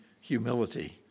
humility